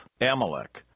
Amalek